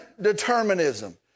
determinism